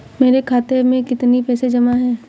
मेरे खाता में कितनी पैसे जमा हैं?